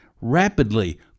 rapidly